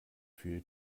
für